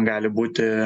gali būti